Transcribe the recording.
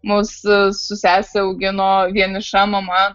mus su sese augino vieniša mama